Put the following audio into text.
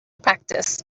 practice